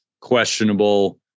questionable